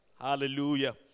Hallelujah